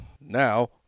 Now